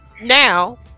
now